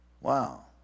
Wow